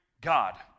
God